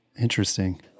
Interesting